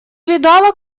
видала